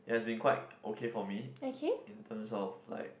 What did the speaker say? yeah it's been quite okay for me in terms of like